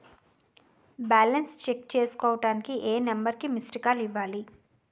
Balance check చేసుకోవటానికి ఏ number కి మిస్డ్ కాల్ ఇవ్వాలి?